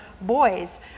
boys